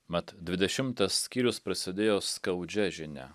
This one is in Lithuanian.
mat dvidešimtas skyrius prasidėjo skaudžia žinia